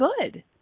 good